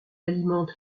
alimente